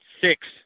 six